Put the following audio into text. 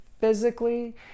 Physically